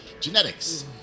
genetics